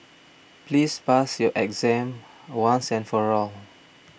please pass your exam once and for all